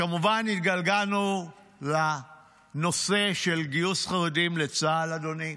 כמובן התגלגלנו לנושא של גיוס חרדים לצה"ל, אדוני.